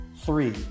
three